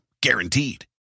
Guaranteed